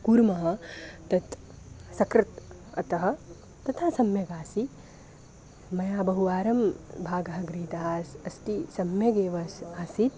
कुर्मः तत् सकृत् अतः तथा सम्यगासीत् मया बहुवारं भागः गृहितः आस् अस्ति सम्यगेव अस् आसीत्